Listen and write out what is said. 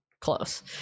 close